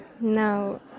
No